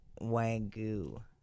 wagyu